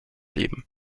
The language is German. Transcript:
leben